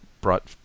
brought